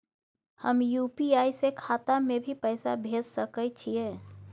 हम यु.पी.आई से खाता में भी पैसा भेज सके छियै?